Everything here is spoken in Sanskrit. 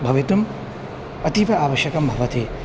भवितुम् अतीव आवश्यकं भवति